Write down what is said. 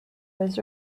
was